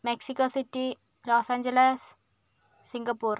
Mexico city Los Angeles Singapore